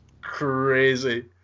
crazy